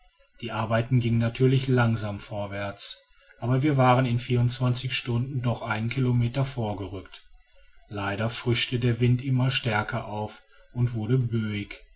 die arbeit ging natürlich langsam vorwärts aber wir waren in vierundzwanzig stunden doch einen kilometer vorgerückt leider frischte der wind immer stärker auf und wurde